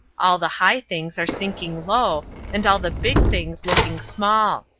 all the high things are sinking low and all the big things looking small.